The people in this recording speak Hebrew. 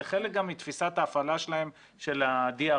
זה חלק גם מתפיסת ההפעלה שלהם של ה-DRR,